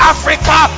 Africa